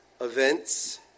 events